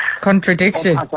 Contradiction